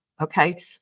Okay